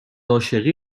عاشقی